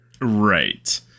Right